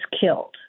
killed